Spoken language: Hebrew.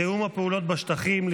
תיאום הפעולות בשטחים,